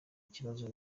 ikibazo